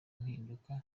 impinduka